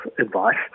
advice